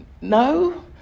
no